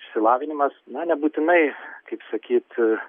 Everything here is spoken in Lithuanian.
išsilavinimas na nebūtinai kaip sakyt